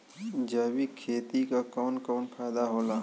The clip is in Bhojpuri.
जैविक खेती क कवन कवन फायदा होला?